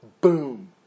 Boom